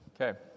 Okay